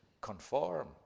conform